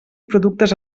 productes